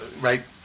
right